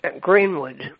Greenwood